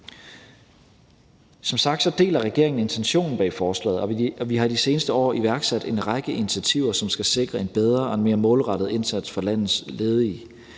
Som sagt deler regeringen intentionen bag forslaget, og vi har i de seneste år iværksat en række initiativer, som skal sikre en bedre og en mere målrettet indsats for landets ledige,